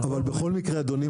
אבל בכל מקרה אדוני,